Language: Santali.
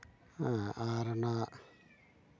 ᱟᱨ ᱚᱱᱟ